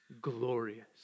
glorious